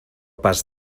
pas